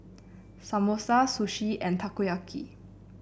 Samosa Sushi and Takoyaki